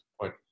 point